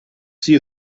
sie